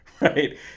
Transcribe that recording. right